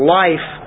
life